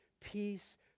peace